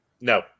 No